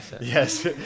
Yes